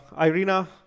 Irina